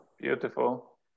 beautiful